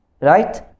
Right